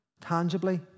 tangibly